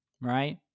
right